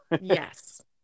yes